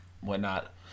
whatnot